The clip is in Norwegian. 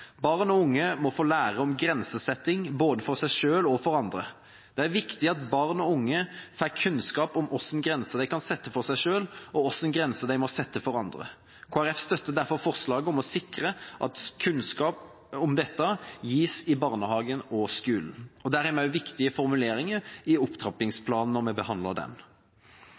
Barn og unge må få lære om grensesetting, både for seg selv og for andre. Det er viktig at barn og unge får kunnskap om hvilke grenser de kan sette for seg selv, og hvilke grenser de må sette for andre. Kristelig Folkeparti støtter derfor forslaget om å sikre at kunnskap om dette gis i barnehagen og skolen. Der hadde vi viktige formuleringer i opptrappingsplanen da vi behandlet den.